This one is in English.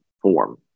form